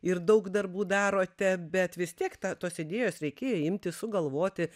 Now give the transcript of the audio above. ir daug darbų darote bet vis tiek ta tos idėjos reikėjo imtis sugalvoti